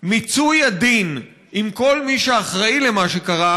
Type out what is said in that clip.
מיצוי הדין עם כל מי שאחראי למה שקרה,